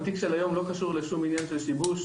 התיק של היום לא קשור לשום עניין של שיבוש,